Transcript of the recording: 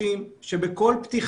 עם